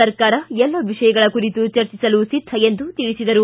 ಸರ್ಕಾರ ಎಲ್ಲ ವಿಷಯಗಳ ಕುರಿತು ಚರ್ಚಿಸಲು ಸಿದ್ದ ಎಂದು ತಿಳಿಸಿದರು